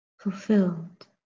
fulfilled